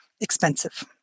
expensive